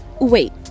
Wait